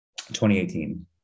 2018